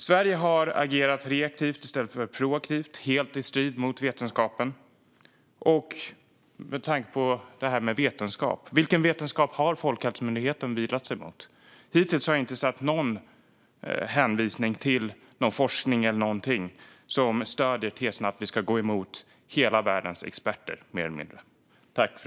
Sverige har agerat reaktivt i stället för proaktivt, helt i strid mot vetenskapen. Och apropå detta med vetenskap: Vilken vetenskap har Folkhälsomyndigheten lutat sig mot? Hittills har jag inte sett någon hänvisning till någon forskning som stöder tesen att vi ska gå emot mer eller mindre hela världens experter.